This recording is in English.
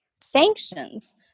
sanctions